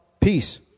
Peace